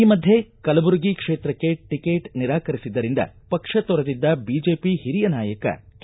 ಈ ಮಧ್ಯೆ ಕಲಬುರಗಿ ಕ್ಷೇತ್ರಕ್ಕೆ ಟಿಕೆಟ್ ನಿರಾಕರಿಸಿದ್ದರಿಂದ ಪಕ್ಷ ತೊರೆದಿದ್ದ ಬಿಜೆಪಿ ಹಿರಿಯ ನಾಯಕ ಕೆ